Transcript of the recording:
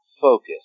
focus